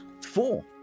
Four